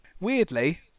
Weirdly